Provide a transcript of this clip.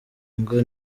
ngo